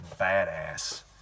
badass